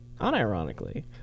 Unironically